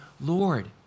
Lord